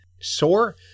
sore